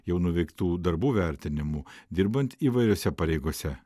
jau nuveiktų darbų vertinimu dirbant įvairiose pareigose